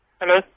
Hello